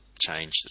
change